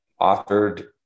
authored